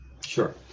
Sure